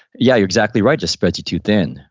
yeah you're exactly right, just spreads you too thin,